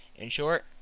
in short,